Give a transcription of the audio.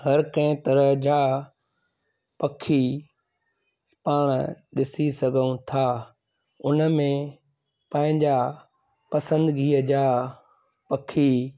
हर कंहिं तरह जा पखी पाण ॾिसी सघूं था उनमें पंहिंजा पसंदिगीअ जा पखी